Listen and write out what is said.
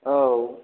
औ